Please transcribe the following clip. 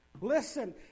Listen